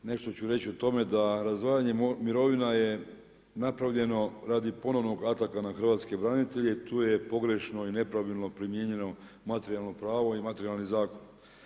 Nešto ću reći o tome da razdvajanja mirovina je napravljeno radi ponovnog ataka na hrvatske branitelje i tu je pogrešno i nepravilno primijenjeno materijalno pravo i materijalni zakon.